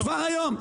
כבר היום,